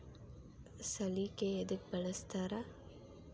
ಸಲಿಕೆ ಯದಕ್ ಬಳಸ್ತಾರ?